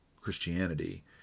Christianity